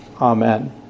Amen